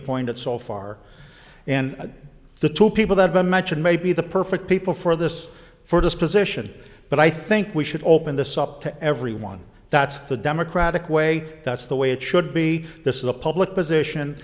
appointed so far and the two people that been mentioned may be the perfect people for this for this position but i think we should open this up to everyone that's the democratic way that's the way it should be this is a public position